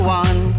one